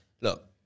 look